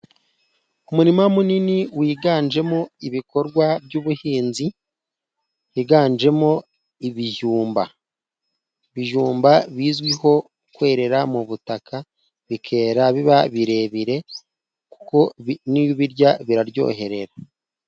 Umurima munini wiganjemo ibikorwa by'ubuhinzi higanjemo ibijumba. Ibiyumba bizwiho kwerera mu butaka, bikera biba birebire kuko bi n'iyo ubirya biraryoherera.